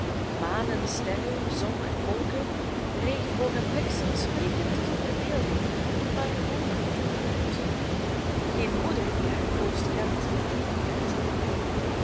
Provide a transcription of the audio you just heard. en sterren zon en wolken regenboog en bliksem spreken tot hun verbeelding ja maar ook tot hun gemoed geen moeder die haar kroost kent en dit ontkennen zal